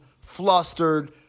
flustered